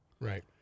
Right